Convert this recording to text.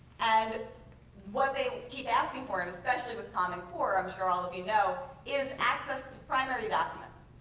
and what they keep asking for and especially with common core, i'm sure all of you know, is access to primary documents.